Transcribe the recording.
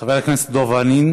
חבר הכנסת דב חנין,